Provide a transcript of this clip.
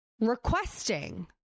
requesting